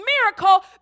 miracle